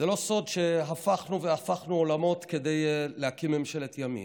זה לא סוד שהפכנו והפכנו עולמות כדי להקים ממשלת ימין.